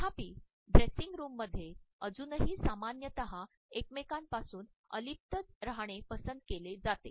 तथापि ड्रेसिंग रूममध्ये अजूनही सामान्यत एकमेकांपासून अलिप्त राहणेच पसंत केले जाते